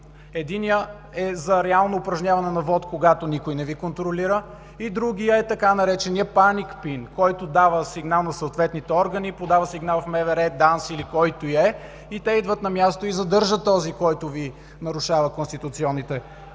Единият е за реално упражняване на вот, когато никой не Ви контролира. Другият е така нареченият „паник PIN”, който дава сигнал на съответните органи, подава сигнал в МВР, ДАНС или който и да е. Те идват на място и задържат този, който Ви нарушава конституционните права.